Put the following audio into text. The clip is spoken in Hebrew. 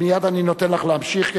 מייד אני נותן לך להמשיך,